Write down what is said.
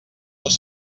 dos